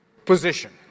position